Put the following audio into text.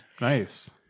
Nice